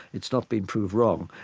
it's not been proved wrong,